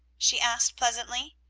she asked pleasantly,